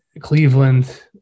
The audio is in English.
Cleveland